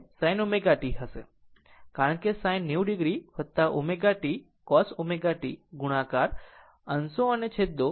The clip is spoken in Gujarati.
કારણ કે sin 90 o ω t cos ω t ગુણાકાર અંશો અને છેદો 2